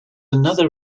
another